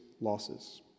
losses